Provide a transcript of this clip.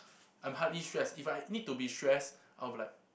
I'm hardly stress if I need to be stress I'm like